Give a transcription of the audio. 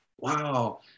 wow